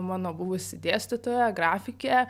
mano buvusi dėstytoja grafikė